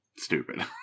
stupid